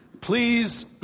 Please